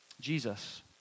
Jesus